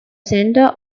centre